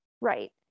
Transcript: Right